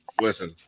Listen